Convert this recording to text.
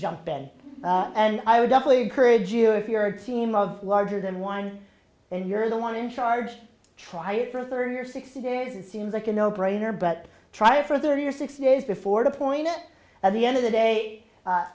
jump ben and i would definitely courage if you're a team of larger than one and you're the one in charge try it for thirty or sixty days it seems like a no brainer but try for thirty or sixty days before the point at the end of the day